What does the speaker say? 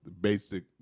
basic